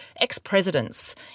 ex-presidents